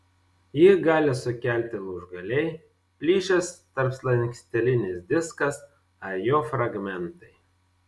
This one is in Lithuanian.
jį gali sukelti lūžgaliai plyšęs tarpslankstelinis diskas ar jo fragmentai